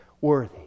worthy